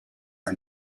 are